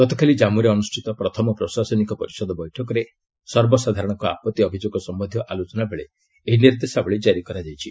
ଗତକାଲି ଜନ୍ମୁରେ ଅନୁଷ୍ଠିତ ପ୍ରଥମ ପ୍ରଶାସନିକ ପରିଷଦ ବୈଠକରେ ସର୍ବସାଧାରଣଙ୍କର ଆପଭି ଅଭିଯୋଗ ସମ୍ବନ୍ଧୀୟ ଆଲୋଚନାବେଳେ ଏହି ନିର୍ଦ୍ଦେଶାବଳୀ ଜାରି କରାଯାଇଛି